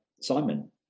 Simon